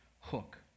hook